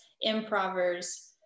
improvers